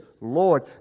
Lord